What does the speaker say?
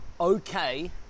okay